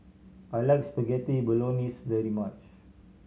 I like Spaghetti Bolognese very much